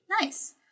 Nice